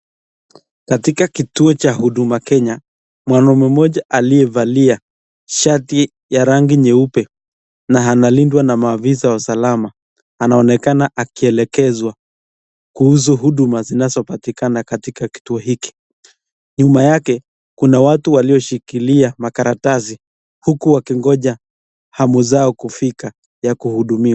Katika kituo cha Huduma Kenya, mwanaume moja aliyevalia shati ya rangi nyeupe na analindwa na maafisa wa usalama anaonekana akielekezwa kuhusu huduma zinazopatikana katika kituo hiki. Nyuma yake kuna watu walioshikilia makaratasi huku wakingoja hamu zao kufika ya kuhudumiwa.